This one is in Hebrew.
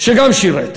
שגם שירת: